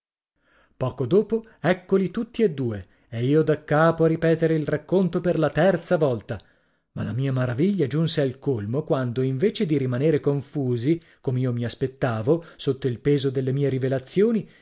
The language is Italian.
poco dopo eccoli tutti e due e io daccapo a ripetere il racconto per la terza volta ma la mia maraviglia giunse al colmo quando invece di rimanere confusi com'io mi aspettavo sotto il peso delle mie rivelazioni